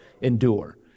endure